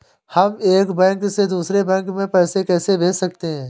हम एक बैंक से दूसरे बैंक में पैसे कैसे भेज सकते हैं?